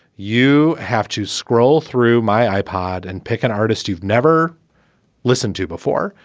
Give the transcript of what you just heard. you have to scroll through my ipod and pick an artist you've never listened to before.